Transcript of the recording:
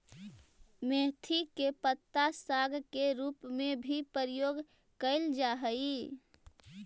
मेथी के पत्ता साग के रूप में भी प्रयोग कैल जा हइ